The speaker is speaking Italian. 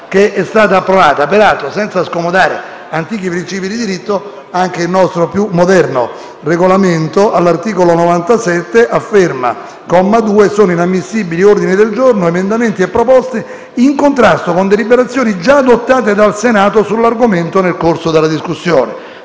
che è già stato approvato. Peraltro, senza scomodare antichi principi di diritto, anche il nostro più moderno Regolamento, all'articolo 97, comma 2, afferma che sono inammissibili gli ordini del giorno, gli emendamenti e le proposte in contrasto con deliberazioni già adottate dal Senato sull'argomento nel corso della discussione.